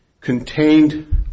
contained –